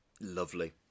lovely